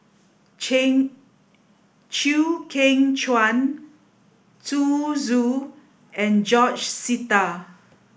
Chew Kheng Chuan Zhu Xu and George Sita